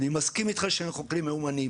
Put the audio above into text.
אני מסכים איתך שאין חוקרים מיומנים